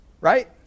right